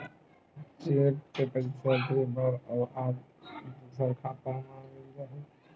Cheque से पईसा दे बर ओहा दुसर खाता म मिल जाही?